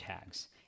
tags